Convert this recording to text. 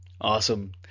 Awesome